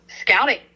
scouting